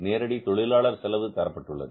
நேரடி தொழிலாளர் செலவு தரப்பட்டுள்ளது